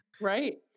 right